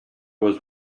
was